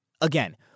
again